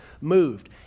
moved